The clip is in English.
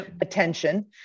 attention